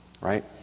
right